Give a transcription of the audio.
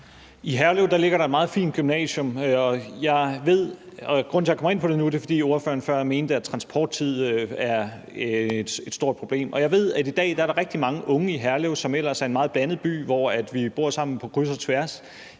I Herlev ligger der et meget fint gymnasium. Grunden til, at jeg kommer ind på det nu, er, at ordføreren før mente, at transporttid er et stort problem. Jeg ved, at der i dag er rigtig mange unge i Herlev – som ellers er en meget blandet by, hvor vi bor sammen på kryds og tværs